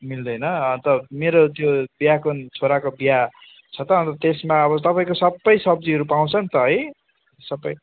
मिल्दैन अन्त मेरो त्यो बिहाको छोराको बिहा छ त अन्त त्यसमा अब तपाईँको सबै सब्जीहरू पाउँछ नि त है सबै